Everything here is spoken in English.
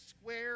square